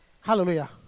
Hallelujah